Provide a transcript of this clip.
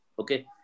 Okay